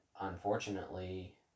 unfortunately